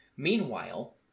Meanwhile